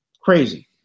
Crazy